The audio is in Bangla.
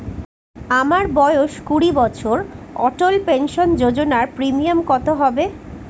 আমার বয়স কুড়ি বছর অটল পেনসন যোজনার প্রিমিয়াম কত হবে?